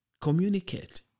communicate